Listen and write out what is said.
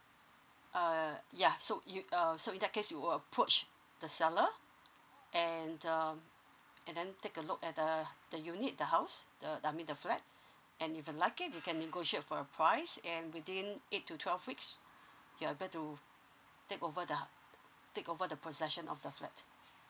uh ya so you uh so in that case you will approach the seller and the and then take a look at the the unit the house the I mean the flat and if you like it you can negotiate for a price and within eigh to twelve weeks you're about to take over the take over the possession of the flat